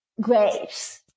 grapes